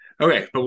Okay